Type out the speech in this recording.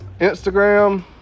Instagram